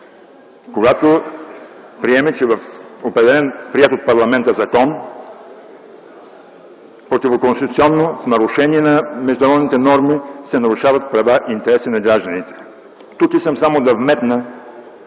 когато приеме, че в определен, приет от парламента закон противоконституционно, в нарушение на международните норми се нарушават права и интереси на гражданите. Тук искам само да вметна,